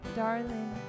darling